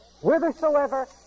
whithersoever